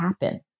happen